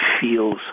feels